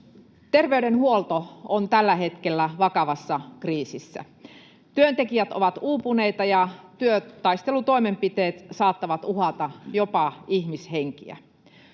Terveydenhuolto on tällä hetkellä vakavassa kriisissä. Työntekijät ovat uupuneita, ja työtaistelutoimenpiteet saattavat uhata jopa ihmishenkiä.